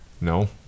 No